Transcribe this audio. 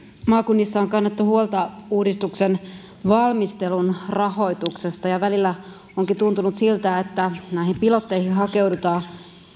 maakunnissa on kannettu huolta uudistuksen valmistelun rahoituksesta välillä onkin tuntunut siltä että näihin pilotteihin hakeudutaan